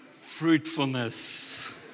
Fruitfulness